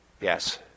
Yes